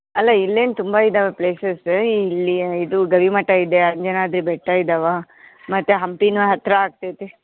ಅಲ್ಲ ಇಲ್ಲೇನು ತುಂಬ ಇದ್ದಾವೆ ಪ್ಲೇಸಸ್ಸ ಇಲ್ಲಿ ಇದು ಗವಿಮಠ ಇದೆ ಅಂಜನಾದ್ರಿ ಬೆಟ್ಟ ಇದಾವೆ ಮತ್ತು ಹಂಪಿಯೂ ಹತ್ತಿರ ಆಗ್ತದೆ